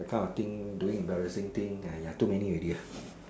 that kind of thing doing embarrassing thing !aiya! too many already lah